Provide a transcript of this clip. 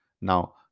now